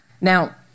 Now